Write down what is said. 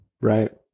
Right